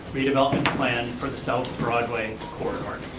redevelopment plan, for the south broadway corridor,